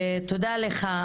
תודה לך.